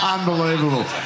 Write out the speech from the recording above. Unbelievable